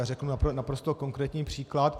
Řeknu naprosto konkrétní příklad.